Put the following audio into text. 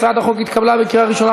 הצעת החוק התקבלה בקריאה ראשונה,